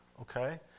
okay